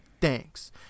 thanks